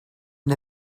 and